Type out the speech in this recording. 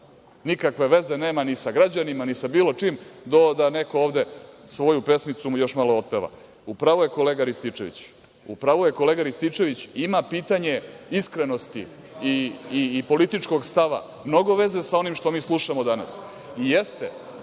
nikakve veze nema ni sa građanima, ni sa bilo čim, do da neko ovde svoju pesmicu još malo otpeva.U pravu je kolega Rističević. Ima pitanje iskrenosti i političkog stava mnogo veze sa onim što mi slušamo danas. Jeste,